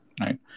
Right